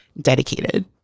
dedicated